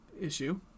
issue